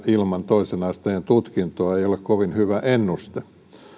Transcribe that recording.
ilman toisen asteen tutkintoa ei ole kovin hyvä ennuste